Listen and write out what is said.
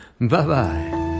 Bye-bye